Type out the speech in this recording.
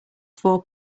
four